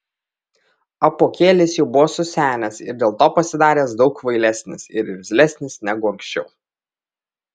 apuokėlis jau buvo susenęs ir dėl to pasidaręs daug kvailesnis ir irzlesnis negu anksčiau